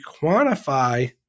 quantify